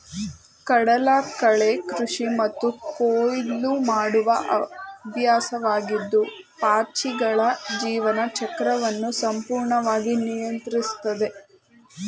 ಕಡಲಕಳೆ ಕೃಷಿ ಮತ್ತು ಕೊಯ್ಲು ಮಾಡುವ ಅಭ್ಯಾಸವಾಗಿದ್ದು ಪಾಚಿಗಳ ಜೀವನ ಚಕ್ರವನ್ನು ಸಂಪೂರ್ಣವಾಗಿ ನಿಯಂತ್ರಿಸ್ತದೆ